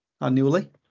annually